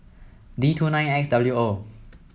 D two nine X W O